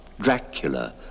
Dracula